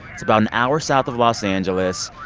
it's about an hour south of los angeles.